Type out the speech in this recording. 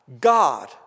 God